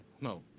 No